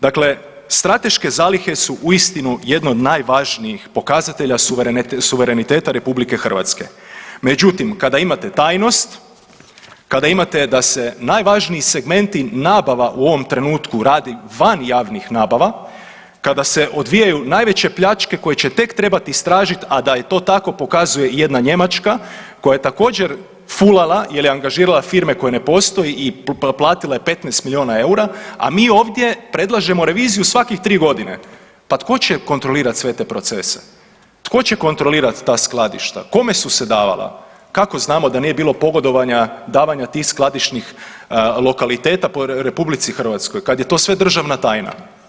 Dakle, strateške zalihe su uistinu jedno od najvažnijih pokazatelja suvereniteta RH, međutim kada imate tajnost, kada imate da se najvažniji segmenti nabava u ovom trenutku radi van javnih nabava, kada se odvijaju najveće pljačke koje će tek trebat istražit, a da je to tako pokazuje jedna Njemačka koja je također fulala ili angažirala firme koje ne postoje i platila je 15 milijuna eura, a mi ovdje predlažemo reviziju svakih 3.g., pa tko će kontrolirat sve te procese, tko će kontrolirat ta skladišta, kome su se davala, kako znamo da nije bilo pogodovanja davanja tih skladišnih lokaliteta po RH kad je to sve državna tajna.